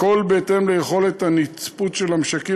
הכול בהתאם ליכולות הנצפות של המשקים